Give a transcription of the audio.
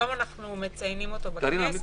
את הדיון הזה ביקשו בדיון מהיר חברי